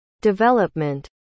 development